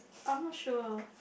I'm not sure